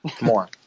More